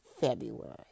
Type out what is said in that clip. February